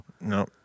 No